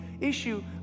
issue